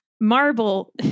marble